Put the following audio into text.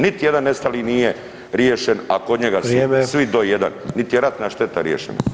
Niti jedan nestali nije riješen, a kod njega su svi [[Upadica: Vrijeme.]] do jedan, nit je ratna šteta riješena.